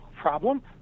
problem